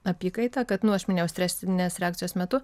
apykaita kad nu aš minėjau stresinės reakcijos metu